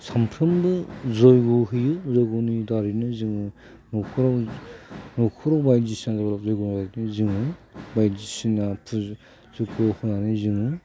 सानफ्रोमबो जय्ग होयो जय्ग होनायनि दारैनो जोङो न'खराव न'खराव बायदिसिना जग्य होनानै जोङो बायदिसिना फुजा खालामनानै जोङो